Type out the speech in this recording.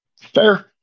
Fair